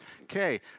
Okay